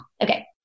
Okay